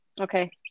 Okay